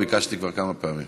ביקשתי כבר כמה פעמים.